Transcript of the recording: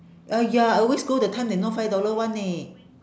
!aiya! I always go the time that not five dollar [one] leh